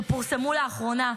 שפורסמו לאחרונה,